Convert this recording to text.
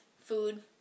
food